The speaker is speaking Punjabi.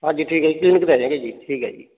ਹਾਂਜੀ ਠੀਕ ਹੈ ਜੀ ਕਲੀਨਿਕ ਲੈ ਜਾਂਗੇ ਜੀ ਠੀਕ ਹੈ ਜੀ